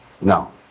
No